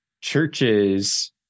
churches